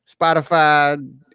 spotify